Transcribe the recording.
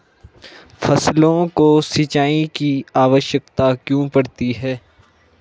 फसलों को सिंचाई की आवश्यकता क्यों पड़ती है?